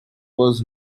was